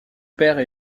père